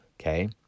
Okay